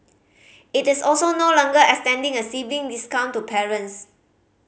it is also no longer extending a sibling discount to parents